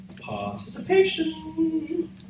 Participation